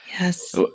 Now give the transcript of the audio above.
Yes